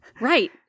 right